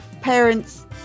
parents